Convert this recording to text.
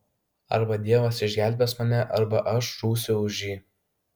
arba dievas išgelbės mane arba aš žūsiu už jį